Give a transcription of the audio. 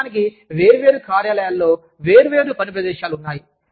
వాస్తవానికి వేర్వేరు కార్యాలయాలలో వేర్వేరు పని ప్రదేశాలు ఉన్నాయి